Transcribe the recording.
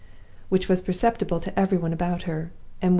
which was perceptible to every one about her,